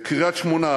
קריית-שמונה,